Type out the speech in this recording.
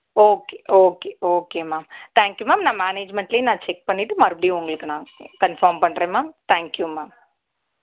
okay okay okay ma'am thank you ma'am நான் மேனேஜ்மெண்ட்லேயும் நான் செக் பண்ணிவிட்டு மறுபடியும் உங்களுக்கு நான் கன்ஃபார்ம் பண்ணுறேன் மேம் தேங்க் யூ மேம்